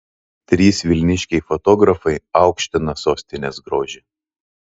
trys vilniškiai fotografai aukština sostinės grožį